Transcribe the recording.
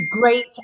great